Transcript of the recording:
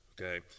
okay